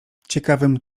ciekawym